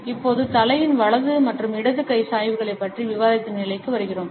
இப்போது தலையின் வலது மற்றும் இடது கை சாய்வுகளைப் பற்றி விவாதிக்கும் நிலைக்கு வருகிறோம்